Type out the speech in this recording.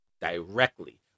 directly